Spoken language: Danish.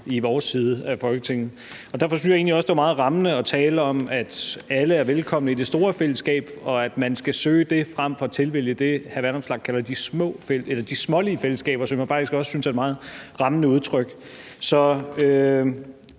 i vores side af Folketinget. Derfor synes jeg egentlig også, det var meget rammende at tale om, at alle er velkomne i det store fællesskab, og at man skal søge det frem for at tilvælge det, hr. Alex Vanopslagh kalder de smålige fællesskaber, hvad jeg faktisk også synes er et meget rammende udtryk.